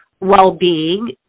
well-being